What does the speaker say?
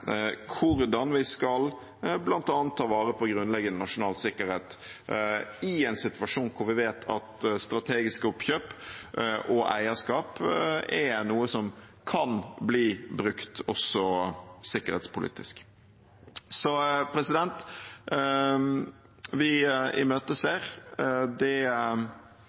hvordan vi skal bl.a. ta vare på grunnleggende nasjonal sikkerhet i en situasjon der vi vet at strategiske oppkjøp og eierskap er noe som kan bli brukt også sikkerhetspolitisk. Vi imøteser det